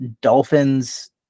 dolphins